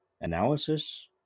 analysis